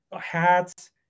Hats